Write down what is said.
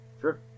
Sure